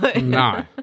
No